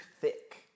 thick